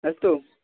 अस्तु